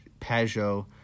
Pajot